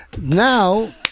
Now